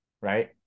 Right